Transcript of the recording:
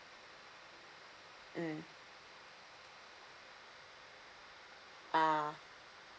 mm ah